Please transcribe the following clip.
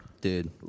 Dude